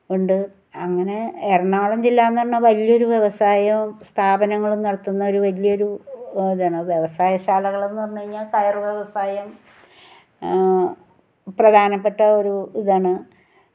ഉണ്ട് അങ്ങനെ എറണാകുളം ജില്ല എന്ന് പറഞ്ഞാൽ വലിയ ഒരു വ്യവസായ സ്ഥാപനങ്ങൾ നടത്തുന്ന ഒരു വലിയ ഒരു ഇതാണ് വ്യവസായ ശാലകളെന്ന് പറഞ്ഞ് കഴിഞ്ഞാൽ കയർ വ്യവസായം പ്രധാനപ്പെട്ട ഒരു ഇതാണ്